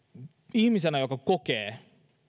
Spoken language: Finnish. ihmisenä joka kokee